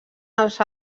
els